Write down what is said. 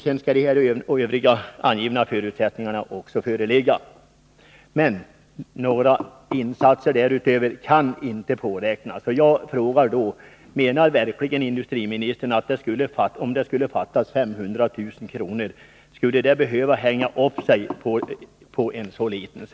Sedan skall övriga angivna förutsättningar också föreligga, men några insatser därutöver kan inte påräknas. Menar verkligen industriministern att det skulle behöva hänga upp sig på en så liten summa som 500 000 kr., om det inte är mer som fattas?